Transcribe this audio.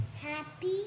Happy